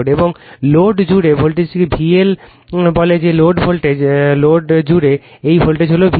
এবং লোড জুড়ে ভোল্টেজকে VL বলে যে লোড ভোল্টেজ লোড জুড়ে এই ভোল্টেজ হল VL